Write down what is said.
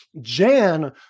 jan